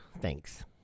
Thanks